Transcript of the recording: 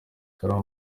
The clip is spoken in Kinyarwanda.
salaam